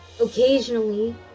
occasionally